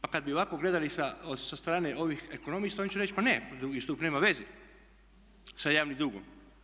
Pa kad bi ovako gledali sa strane ovih ekonomista on će reći pa ne, drugi stup nema veze sa javnim dugom.